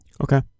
Okay